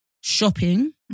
shopping